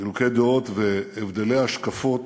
חילוקי דעות והבדלי השקפות,